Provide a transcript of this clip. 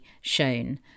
shown